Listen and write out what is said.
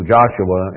Joshua